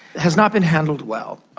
has not been handled well.